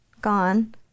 gone